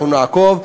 אנחנו נעקוב,